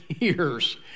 years